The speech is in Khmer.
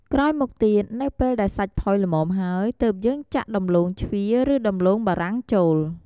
ក្រោយមកទៀតនៅពេលដែលសាច់ផុយល្មមហើយទើបយើងចាក់ដំឡូងជ្វាឬដំឡូងបារាំងចូល។